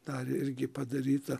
dar irgi padaryta